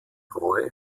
roy